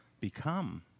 become